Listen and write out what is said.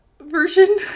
version